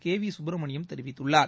K V Subramanian தெரிவித்துள்ளார்